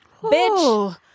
Bitch